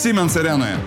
siemens arenoje